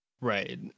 right